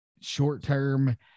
short-term –